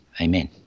Amen